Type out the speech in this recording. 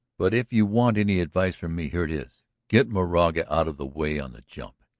but, if you want any advice from me, here it is get moraga out of the way on the jump.